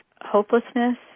hopelessness